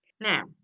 Now